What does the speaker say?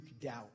doubt